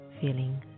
feeling